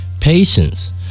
patience